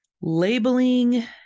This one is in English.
labeling